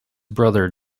brother